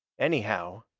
anyhow,